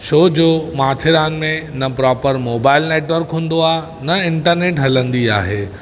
छो जो माथेरान में न प्रोप्रर नेटवर्क हुन्दो आहे ऐं न इंटरनेट हलिन्दी आहे